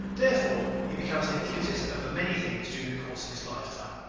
therefore he becomes an enthusiast over many things during the course of his lifetime.